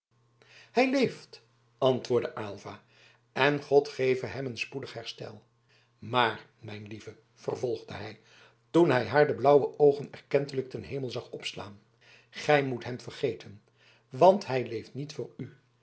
hij leeft antwoordde aylva en god geve hem een spoedig herstel maar mijn lieve vervolgde hij toen hij haar de blauwe oogen erkentelijk ten hemel zag opslaan gij moet hem vergeten want hij leeft niet voor u